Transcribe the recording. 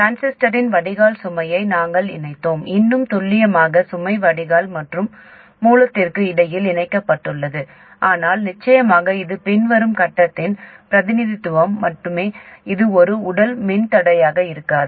டிரான்சிஸ்டரின் வடிகால் சுமையை நாங்கள் இணைத்தோம் இன்னும் துல்லியமாக சுமை வடிகால் மற்றும் மூலத்திற்கு இடையில் இணைக்கப்பட்டுள்ளது ஆனால் நிச்சயமாக இது பின்வரும் கட்டத்தின் பிரதிநிதித்துவம் மட்டுமே இது ஒரு உடல் மின்தடையமாக இருக்காது